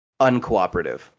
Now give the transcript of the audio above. uncooperative